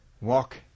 walk